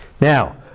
Now